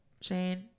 Shane